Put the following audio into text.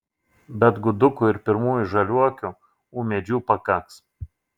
bet gudukų ir pirmųjų žaliuokių ūmėdžių pakaks